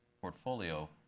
portfolio